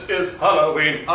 is halloween,